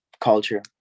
culture